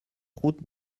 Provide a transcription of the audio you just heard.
route